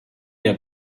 der